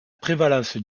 prévalence